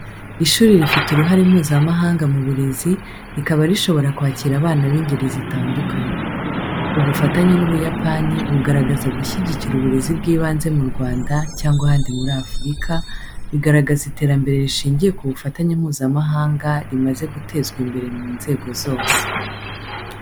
Ishuri rifite uruhare Mpuzamahanga mu burezi, rikaba rishobora kwakira abana b’ingeri zitandukanye. Ubufatanye n'Ubuyapani bugaragaza gushyigikira uburezi bw’ibanze mu Rwanda cyangwa ahandi muri Afurika, bigaragaza iterambere rishingiye ku bufatanye Mpuzamahanga rimaze gutezwa imbere mu nzego zose.